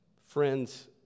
Friends